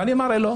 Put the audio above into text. ואני מראה לו.